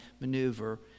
maneuver